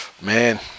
man